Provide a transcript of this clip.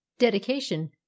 Dedication